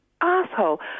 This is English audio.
asshole